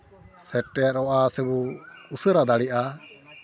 ᱥᱮᱴᱮᱨᱚᱜᱼᱟ ᱥᱮᱵᱚ ᱩᱥᱟᱹᱨᱟ ᱫᱟᱲᱮᱭᱟᱜᱼᱟ